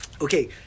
Okay